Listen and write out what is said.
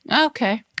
okay